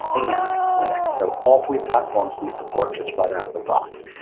and linus. so all three platforms we support just right out of the box.